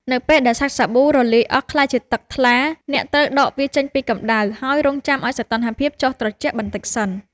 នៅពេលដែលសាច់សាប៊ូរលាយអស់ក្លាយជាទឹកថ្លា អ្នកត្រូវដកវាចេញពីកម្ដៅ ហើយរង់ចាំឱ្យសីតុណ្ហភាពចុះត្រជាក់បន្តិចសិន។